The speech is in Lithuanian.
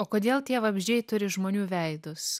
o kodėl tie vabzdžiai turi žmonių veidus